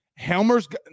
Helmers